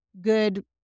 good